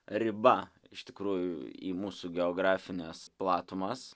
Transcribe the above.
riba iš tikrųjų į mūsų geografines platumas